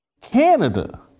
Canada